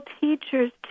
teachers